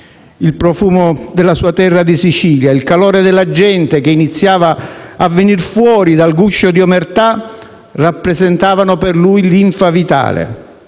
Il profumo della sua terra di Sicilia e il calore della gente, che iniziava a venir fuori dal guscio di omertà, rappresentavano per lui linfa vitale.